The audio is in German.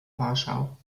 warschau